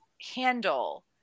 handle